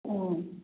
ꯎꯝ